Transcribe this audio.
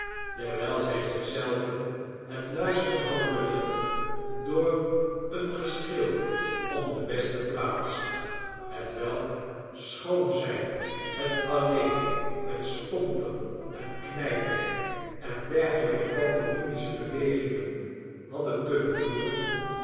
dewijl zij zich zelven het luisteren hadden belet door een geschil om de beste plaats hetwelk schoon zij het alleen met stompen en knijpen en dergelijke pantominische bewegingen hadden kunnen voeren